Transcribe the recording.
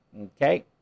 Okay